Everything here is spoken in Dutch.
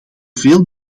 veel